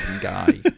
guy